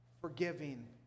Forgiving